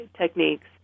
techniques